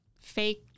fake